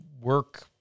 work